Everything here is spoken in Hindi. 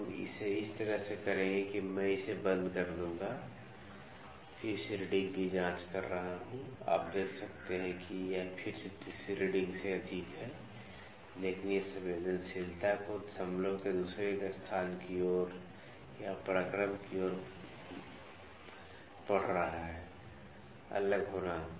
तो हम इसे इस तरह से करेंगे मैं इसे बंद कर दूंगा फिर से रीडिंग की जांच कर रहा हूं आप देख सकते हैं कि यह फिर से तीसरे रीडिंग से अधिक है लेकिन यह संवेदनशीलता को दशमलव के दूसरे स्थान की ओर या पराक्रम की ओर पढ़ रहा है अलग होना